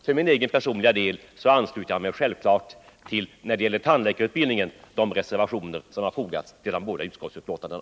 För min egen personliga del ansluter jag mig vad gäller tandläkarutbildningen självfallet till de reservationer som har fogats till de båda utskottsbetänkandena.